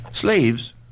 Slaves